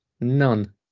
none